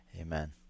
Amen